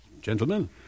Gentlemen